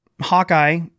Hawkeye